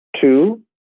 Two